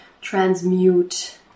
transmute